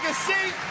seat!